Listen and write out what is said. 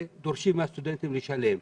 אבל הן דורשות מהסטודנטים לשלם.